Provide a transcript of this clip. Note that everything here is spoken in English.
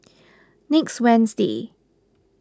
next wednesday